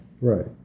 Right